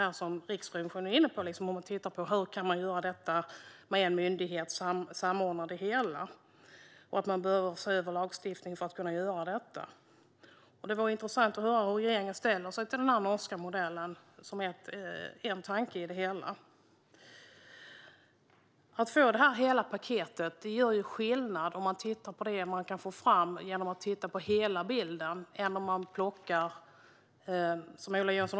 Även Riksrevisionen är inne på att titta på hur man kan samordna detta genom en myndighet samt att man behöver se över lagstiftningen för att kunna göra det. Det vore intressant att höra hur regeringen ställer sig till den norska modellen, som en tanke i det hela. Att få hela detta paket gör skillnad, om man jämför det man kan få fram genom att titta på hela bilden med att plocka delar.